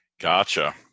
Gotcha